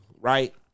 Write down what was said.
right